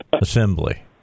assembly